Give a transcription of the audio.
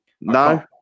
No